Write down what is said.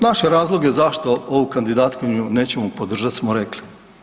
Naše razloge zašto ovu kandidatkinju nećemo podržati smo rekli.